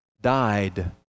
died